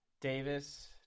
Davis –